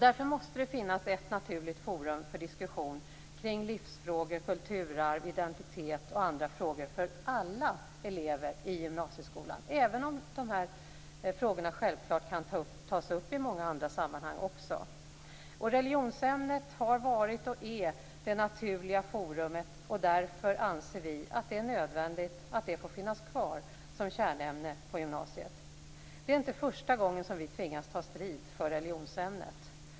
Därför måste det finnas ett naturligt forum för diskussion kring livsfrågor, kulturarv, identitet och andra frågor för alla elever i gymnasieskolan, även om dessa frågor självfallet också kan tas upp i många andra sammanhang. Religionsämnet har varit och är det naturliga forumet. Därför anser vi att det är nödvändigt att det får finnas kvar som kärnämne på gymnasiet. Det är inte första gången som vi tvingas ta strid för religionsämnet.